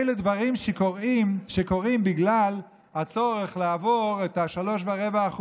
אלה דברים שקורים בגלל הצורך לעבור את ה-3.25%,